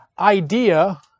idea